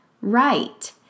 right